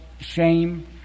shame